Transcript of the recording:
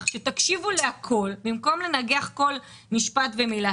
שתקשיבו לכל במקום לנגח כל משפט ומילה.